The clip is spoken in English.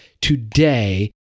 today